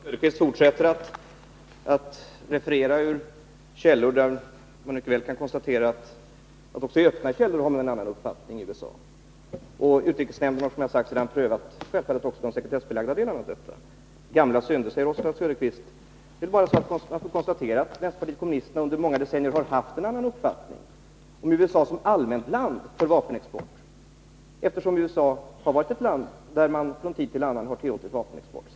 Fru talman! Oswald Söderqvist fortsätter att referera ur olika källor. Man kan emellertid konstatera att även öppna källor i USA har en annan uppfattning. Utrikesnämnden har sedan, som jag tidigare sagt, självfallet också prövat de sekretessbelagda delarna av detta. Gamla synder, säger Oswald Söderqvist. Det är bara att konstatera att vänsterpartiet kommunisterna under många decennier har haft en annan uppfattning om USA som allmänt land för vapenexport. USA har från tid till annan varit ett land, där man tillåtit vapenexport.